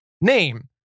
name